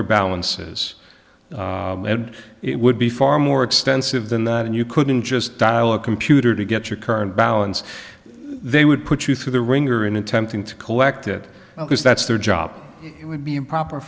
your balances it would be far more extensive than that and you couldn't just dial a computer to get your current balance they would put you through the wringer in attempting to collect it because that's their job it would be improper